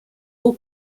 all